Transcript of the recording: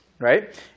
right